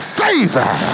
favor